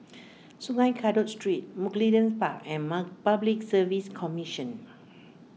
Sungei Kadut Street Mugliston Park and mark Public Service Commission